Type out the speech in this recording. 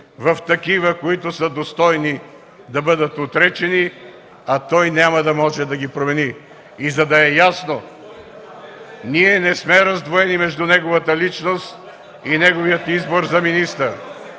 в такива, които са достойни да бъдат отречени, а той няма да може да ги промени. И за да е ясно: ние не сме раздвоени между неговата личност и неговия избор за министър!